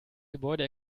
gebäude